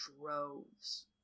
droves